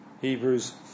Hebrews